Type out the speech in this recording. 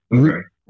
Okay